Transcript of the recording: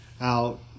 out